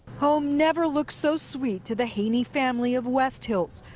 home never looked so sweet to the heaney family of west hills,